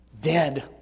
dead